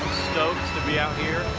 stoked to be out here,